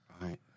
Right